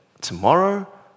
tomorrow